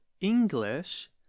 English